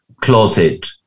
closet